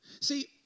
See